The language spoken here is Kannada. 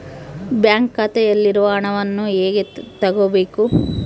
ಬ್ಯಾಂಕ್ ಖಾತೆಯಲ್ಲಿರುವ ಹಣವನ್ನು ಹೇಗೆ ತಗೋಬೇಕು?